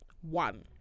one